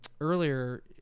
earlier